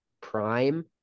prime